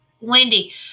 Wendy